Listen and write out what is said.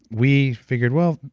we figured, well,